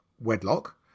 wedlock